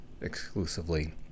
exclusively